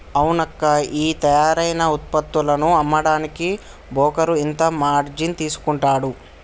అవునక్కా ఈ తయారైన ఉత్పత్తులను అమ్మడానికి బోకరు ఇంత మార్జిన్ తీసుకుంటాడు